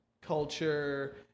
culture